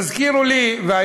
תזכירו לי בבקשה,